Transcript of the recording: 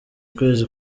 kwezi